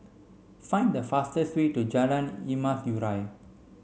find the fastest way to Jalan Emas Urai